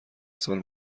سال